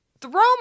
throw